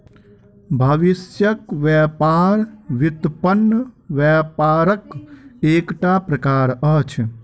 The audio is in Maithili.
भविष्यक व्यापार व्युत्पन्न व्यापारक एकटा प्रकार अछि